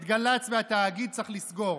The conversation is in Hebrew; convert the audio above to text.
את גל"צ והתאגיד צריך לסגור.